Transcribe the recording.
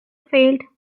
failed